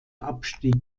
abstieg